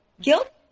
guilt